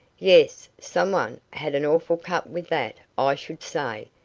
yes, some one had an awful cut with that, i should say,